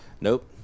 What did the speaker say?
Nope